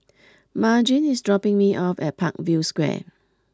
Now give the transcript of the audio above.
Margene is dropping me off at Parkview Square